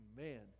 Amen